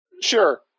Sure